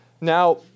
Now